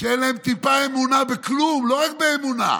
שאין להם טיפה אמונה בכלום, לא רק באמונה.